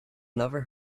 another